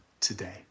today